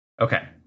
Okay